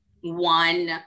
one